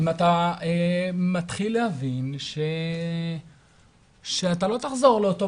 אם אתה מתחיל להבין שאתה לא תחזור לאותו